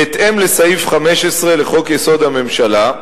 1. בהתאם לסעיף 15 לחוק-יסוד: הממשלה,